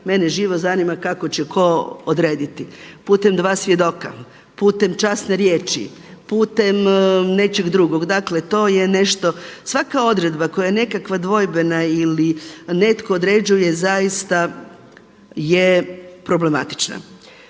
mene živo zanima kako će tko odrediti putem dva svjedoka, putem časne riječi, putem nečeg drugog. Dakle, to je nešto. Svaka odredba koja je nekakva dvojbena ili netko određuje zaista je problematična.